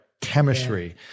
chemistry